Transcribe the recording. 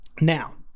Now